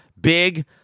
big